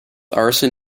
arson